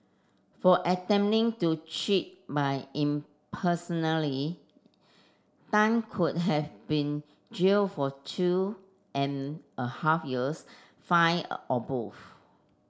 for attempting to cheat by Tan could have been jailed for two and a half years fine or both